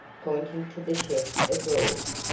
pointing to the chest of drawers.